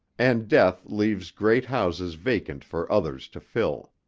and death leaves great houses vacant for others to fill.